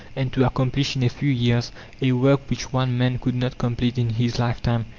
and to accomplish in a few years a work which one man could not complete in his lifetime.